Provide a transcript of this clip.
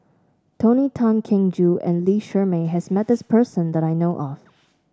Tony Tan Keng Joo and Lee Shermay has met this person that I know of